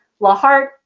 lahart